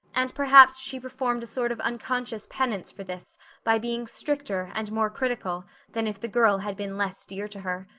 and perhaps she performed a sort of unconscious penance for this by being stricter and more critical than if the girl had been less dear to her.